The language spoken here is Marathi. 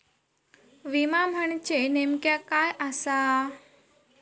विमा म्हणजे नेमक्या काय आसा?